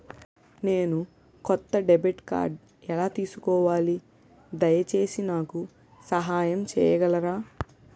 నేను కొత్త డెబిట్ కార్డ్ని ఎలా తీసుకోవాలి, దయచేసి నాకు సహాయం చేయగలరా?